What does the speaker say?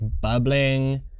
bubbling